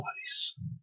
place